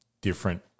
different